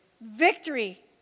victory